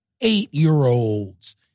eight-year-olds